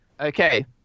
Okay